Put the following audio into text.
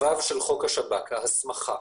לגבי הוו של חוק השב"כ, ההסמכה